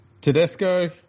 Tedesco